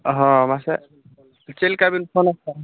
ᱚᱦᱚᱸ ᱢᱟᱥᱮ ᱪᱮᱫ ᱞᱮᱠᱟ ᱵᱮᱱ